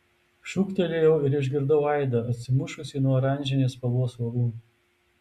šūktelėjau ir išgirdau aidą atsimušusį nuo oranžinės spalvos uolų